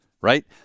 Right